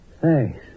Thanks